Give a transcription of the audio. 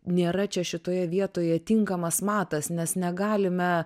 nėra čia šitoje vietoje tinkamas matas nes negalime